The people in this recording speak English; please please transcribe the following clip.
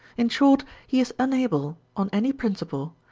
in short, he is unable, on any principle,